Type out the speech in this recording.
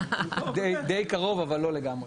די קרוב, אבל לא לגמרי.